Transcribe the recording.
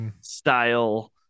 style